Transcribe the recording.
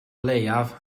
leiaf